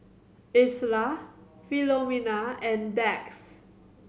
Isla Filomena and Dax